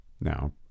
Now